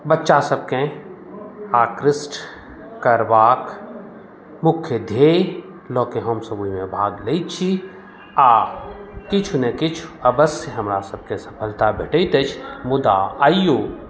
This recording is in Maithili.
बच्चा सबकेँ आकृष्ट करबाक मुख्य ध्येय लऽ कए हमसब ओहिमे भाग लै छी आ किछु नहि किछु अवश्य हमरा सबकेँ सफलता भेटैत अछि मुदा आइयो